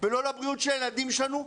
ולא לבריאות של הילדים שלנו,